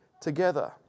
together